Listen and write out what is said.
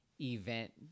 event